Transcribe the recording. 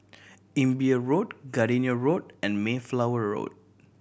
Imbiah Road Gardenia Road and Mayflower Road